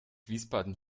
wiesbaden